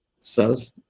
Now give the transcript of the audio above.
self